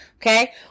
Okay